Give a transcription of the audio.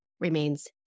remains